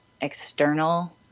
external